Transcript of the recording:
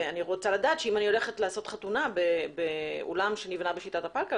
אני רוצה לדעת שאם אני הולכת לעשות חתונה באולם שנבנה בשיטת הפלקל,